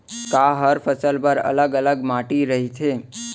का हर फसल बर अलग अलग माटी रहिथे?